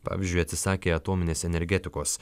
pavyzdžiui atsisakė atominės energetikos